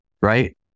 right